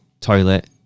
toilet